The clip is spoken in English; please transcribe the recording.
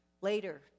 later